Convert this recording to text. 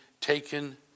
taken